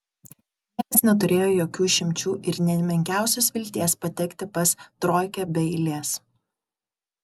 niekas neturėjo jokių išimčių ir nė menkiausios vilties patekti pas troikę be eilės